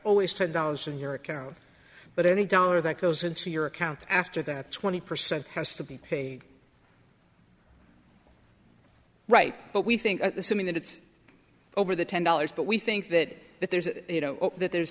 always ten dollars in your account but any dollar that goes into your account after that twenty percent has to be paid right but we think that it's over the ten dollars but we think that that there's you know that there's